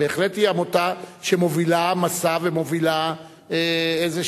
בהחלט היא עמותה שמובילה מסע ומובילה איזה